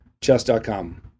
chess.com